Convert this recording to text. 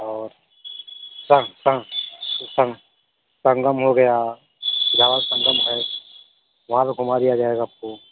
और संग संग संगम हो गया संगम है वहाँ पर घूम दिया जाएगा आपको